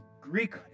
Greek